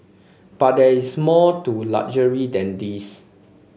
but there is more to luxury than these